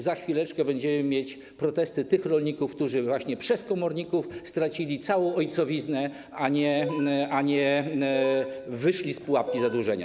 Za chwileczkę będziemy mieć protesty tych rolników, którzy właśnie przez komorników stracili całą ojcowiznę, a nie wyszli z pułapki zadłużenia.